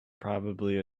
probably